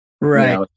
right